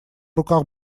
руках